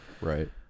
Right